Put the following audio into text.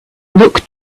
look